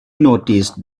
noticed